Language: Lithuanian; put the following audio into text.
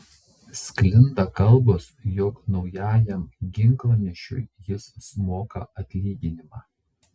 sklinda kalbos jog naujajam ginklanešiui jis moka atlyginimą